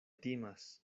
timas